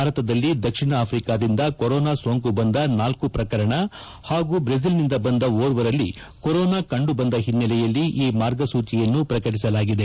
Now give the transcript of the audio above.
ಭಾರತದಲ್ಲಿ ದಕ್ಷಿಣ ಆಫ್ರಿಕಾದಿಂದ ಕೊರೊನಾ ಸೋಂಕು ಬಂದ ನಾಲ್ಕು ಪ್ರಕರಣ ಹಾಗೂ ಬ್ರೆಜಿಲ್ನಿಂದ ಬಂದ ಓರ್ವರಲ್ಲಿ ಕೊರೋನಾ ಕಂಡುಬಂದ ಹಿನ್ನೆಲೆಯಲ್ಲಿ ಈ ಮಾರ್ಗಸೂಚಿಯನ್ನು ಪ್ರಕಟಿಸಲಾಗಿದೆ